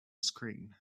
screen